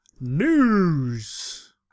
news